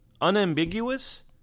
unambiguous